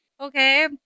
Okay